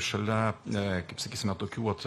šalia kaip sakysime tokių vat